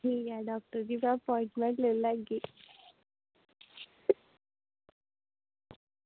ठीक ऐ डॉक्टर जी दोआई लेई लैगी